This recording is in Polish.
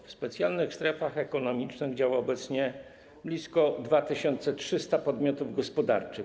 W specjalnych strefach ekonomicznych działa obecnie blisko 2300 podmiotów gospodarczych.